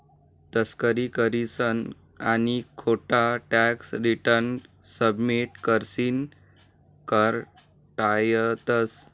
तस्करी करीसन आणि खोटा टॅक्स रिटर्न सबमिट करीसन कर टायतंस